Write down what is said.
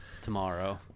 tomorrow